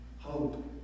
Hope